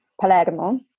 Palermo